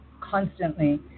constantly